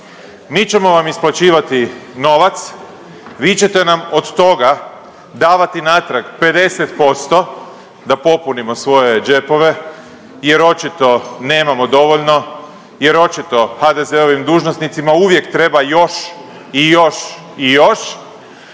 Mi ćemo vam isplaćivati novac, vi ćete nam od toga davati natrag 50% da popunimo svoje džepove jer očito nemamo dovoljno, jer očito HDZ-ovim dužnosnicima uvijek treba još i još i još,